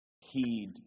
heed